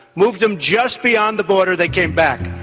moved them just beyond the border. they came back.